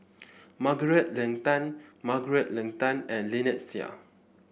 Margaret Leng Tan Margaret Leng Tan and Lynnette Seah